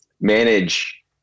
manage